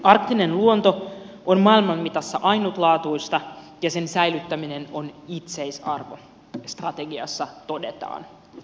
arktinen luonto on maailman mitassa ainutlaatuista ja sen säilyttäminen on itseisarvo strategiassa todetaan